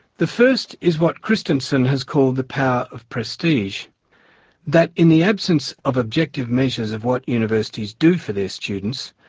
the first is what christensen has called the power of prestige that in the absence of objective measures of what universities do for their students,